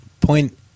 point